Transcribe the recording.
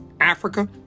africa